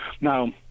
now